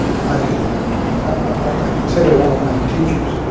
i i consider one of my teachers,